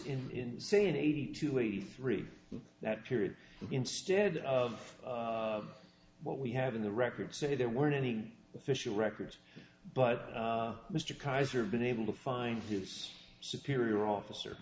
s in say an eighty two eighty three that period instead of what we have in the records say there weren't any official records but mr kaiser been able to find his superior officer